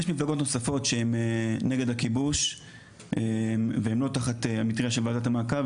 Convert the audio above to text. יש מפלגות נוספות שהם נגד הכיבוש והם לא תחת המטרייה של ועדת המעקב,